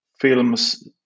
films